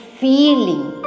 feeling